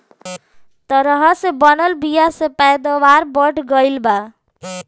तरह से बनल बीया से पैदावार बढ़ गईल बा